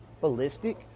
Ballistic